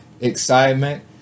excitement